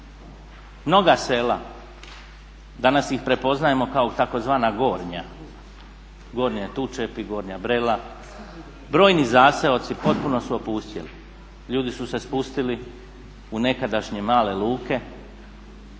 Mnoga sela, danas ih prepoznajemo kao tzv. gornja, Gornji Tučepi, Gornja Brela, brojni zaseoci potpuno su opustjeli. Ljudi su se spustili u nekadašnje male luke,